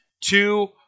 two